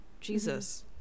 Jesus